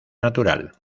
natural